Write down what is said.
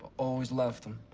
always left. and